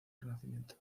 renacimiento